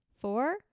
Four